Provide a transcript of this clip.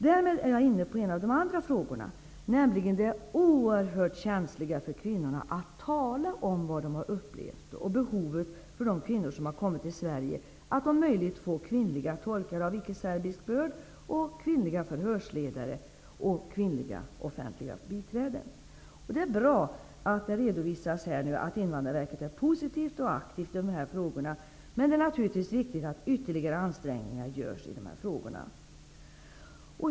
Därmed är jag inne på en av de andra frågorna, nämligen det oerhört känsliga för kvinnorna att tala om vad de har upplevt och behovet för de kvinnor som har kommit till Sverige att om möjligt få kvinnliga tolkar av icke-serbisk börd, kvinnliga förhörsledare och kvinnliga offentliga biträden. Det är bra att det redovisas att Invandrarverket är positivt och aktivt i dessa frågor, men det är naturligtvis viktigt att ytterligare ansträngningar görs.